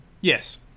Yes